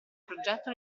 progetto